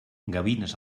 gavines